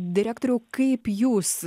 direktoriau kaip jūs